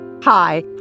Hi